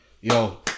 yo